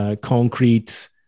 concrete